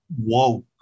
WOKE